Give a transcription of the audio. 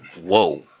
Whoa